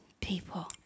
people